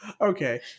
Okay